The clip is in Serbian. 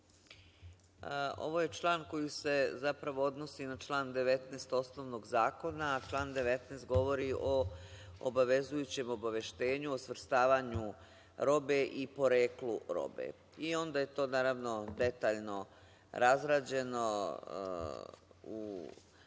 Ovo je član koji se zapravo odnosi na član 19. osnovnog zakona, a član 19. govori o obavezujućem obaveštenju, o svrstavanju robe i poreklu robe. I onda je to naravno detaljno razrađeno na